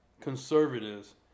conservatives